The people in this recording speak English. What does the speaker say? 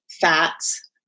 fats